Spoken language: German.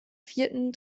vierten